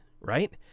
right